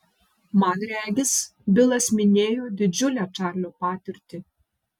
man regis bilas minėjo didžiulę čarlio patirtį